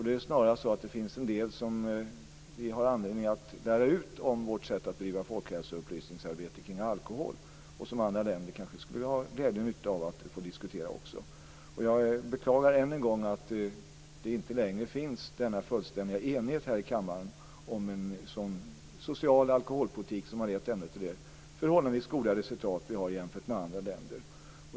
Det är snarast så att det finns en del som vi har anledning att lära ut om vårt sätt att bedriva folkhälsoupplysningsarbete kring alkohol och som även andra länder kanske skulle ha glädje och nytta av att få diskutera. Jag beklagar än en gång att det inte längre finns en fullständig enighet här i kammaren om en social alkoholpolitik som ändå har lett till det förhållandevis goda resultat vi har jämfört med andra länder.